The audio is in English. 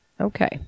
Okay